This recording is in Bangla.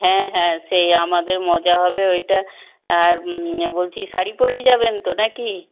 হ্যাঁ হ্যাঁ সেই আমাদের মজা হবে ওইটা আর বলছি শাড়ি পরেই যাবেন তো নাকি